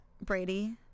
Brady